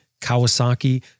Kawasaki